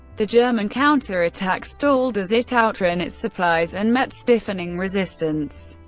the german counterattack stalled as it outran its supplies and met stiffening resistance,